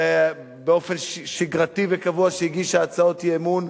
באופן שגרתי וקבוע הגישה הצעות אי-אמון,